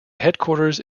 headquarters